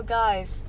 guys